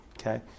Okay